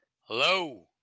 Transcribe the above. Hello